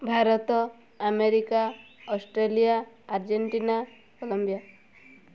Bharat America Australia Argentina Colombia